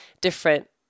different